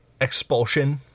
expulsion